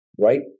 right